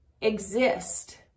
exist